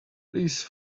please